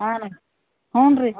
ಹಾಂ ನೆ ಹ್ಞೂ ರೀ